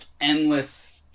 endless